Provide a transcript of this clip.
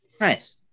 Nice